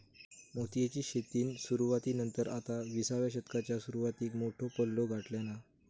मोतीयेची शेतीन सुरवाती नंतर आता विसाव्या शतकाच्या सुरवातीक मोठो पल्लो गाठल्यान